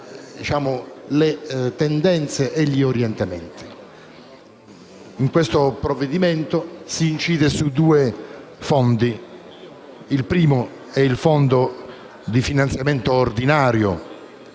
In questo provvedimento si incide su due fondi. Il primo è il Fondo per il finanziamento ordinario